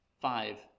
Five